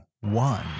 one